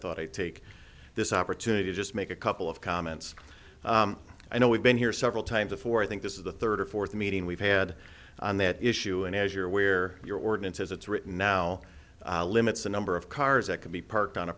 thought i'd take this opportunity to just make a couple of comments i know we've been here several times before i think this is the third or fourth meeting we've had on that issue and as you're aware your ordinance as it's written now limits the number of cars that can be parked on a